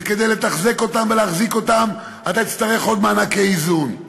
שכדי לתחזק אותם ולהחזיק אותם אתה תצטרך עוד מענקי איזון.